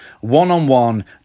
One-on-one